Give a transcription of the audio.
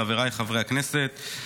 חבריי חברי הכנסת,